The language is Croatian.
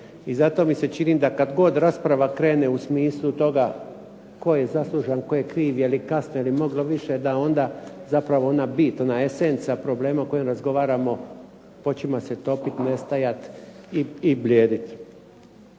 I zato mi se čini da kad god rasprava krene u smislu toga tko je zaslužan, tko je kriv, je li kasno, je li moglo više da onda zapravo ona bit, ona esenca problema o kojoj razgovaramo počinje se topiti i nestajati i blijediti.